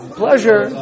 pleasure